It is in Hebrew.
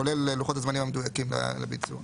כולל לוחות הזמנים המדויקים לביצוע.